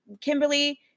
Kimberly